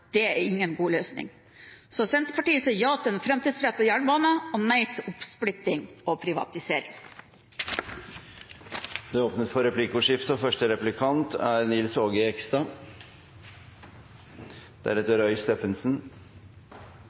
Det er ingen god løsning. Så Senterpartiet sier ja til en framtidsrettet jernbane – og nei til oppsplitting og privatisering. Det åpnes for replikkordskifte.